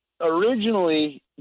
originally